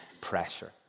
pressure